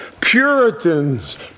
Puritans